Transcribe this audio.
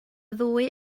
ddwy